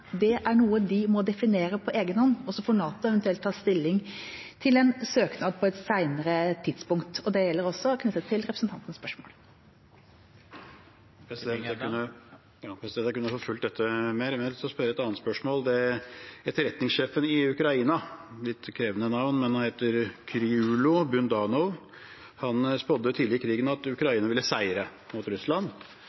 får NATO eventuelt ta stilling til en søknad på et senere tidspunkt. Det gjelder også representantens spørsmål. Christian Tybring-Gjedde – til oppfølgingsspørsmål. Jeg kunne forfulgt dette mer, men jeg har lyst til å stille et annet spørsmål. Etterretningssjefen i Ukraina – det er et litt krevende navn, men han heter Kyrylo Budanov – spådde tidlig i krigen at